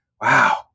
Wow